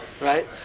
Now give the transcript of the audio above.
right